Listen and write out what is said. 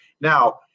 now